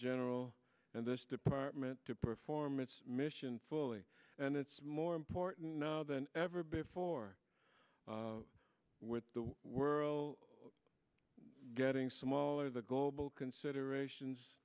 general and this department to perform its mission fully and it's more important than ever before with the we're getting smaller the global considerations